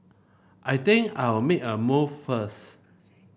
I think I'll make a move first